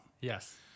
Yes